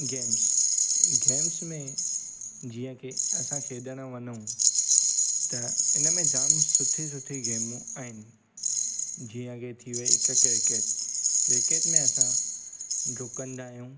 games games में जीअं की असां खेॾणु वञूं त इन में जामु सुठी सुठी गेमूं आहिनि जीअं की थी वई हिकु क्रिकेट क्रिकेट में असां डुकंदा आहियूं